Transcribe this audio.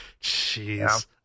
Jeez